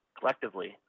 Collectively